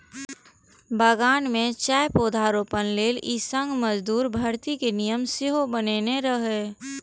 बगान मे चायक पौधारोपण लेल ई संघ मजदूरक भर्ती के नियम सेहो बनेने रहै